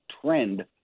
trend